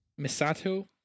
Misato